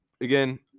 Again